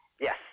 Yes